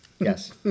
Yes